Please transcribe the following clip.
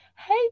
Hey